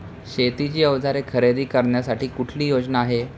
शेतीची अवजारे खरेदी करण्यासाठी कुठली योजना आहे?